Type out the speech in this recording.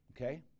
Okay